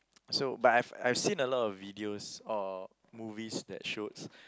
so but I've I've seen a lot of videos or movies that showed